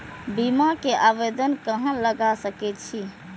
बीमा के आवेदन कहाँ लगा सके छी?